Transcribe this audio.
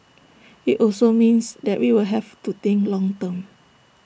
IT also means that we will have to think long term